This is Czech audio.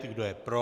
Kdo je pro?